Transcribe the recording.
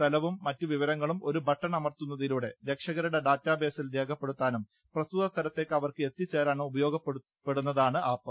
സ്ഥലവും മറ്റുവിവരങ്ങളും ഒരു ബട്ടൺ അമർത്തുന്നതിലൂടെ രക്ഷകരുടെ ഡാറ്റാബേസിൽ രേഖപ്പെടുത്താനും പ്രസ്തുത സ്ഥലത്തേക്ക് അവർക്ക് എത്തിച്ചേരാനും ഉപയോഗപ്പെടുന്നതാണ് ആപ്പ്